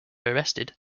arrested